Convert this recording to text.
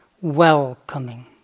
welcoming